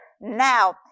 now